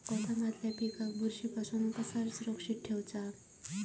गोदामातल्या पिकाक बुरशी पासून कसा सुरक्षित ठेऊचा?